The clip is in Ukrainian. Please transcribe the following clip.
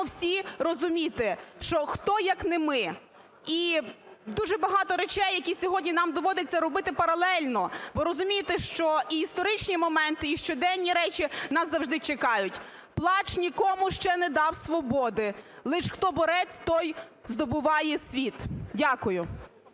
всі розуміти, що хто, як не ми. І дуже багато речей, які сьогодні нам доводиться робити паралельно, бо, розумієте, що і історичні моменти, і щоденні речі нас завжди чекають. Плач нікому ще не дав свободи, лише хто борець – той здобуває світ. Дякую.